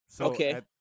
Okay